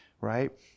right